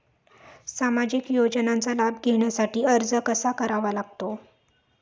सामाजिक योजनांचा लाभ घेण्यासाठी अर्ज कसा करावा लागतो?